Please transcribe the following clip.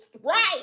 Right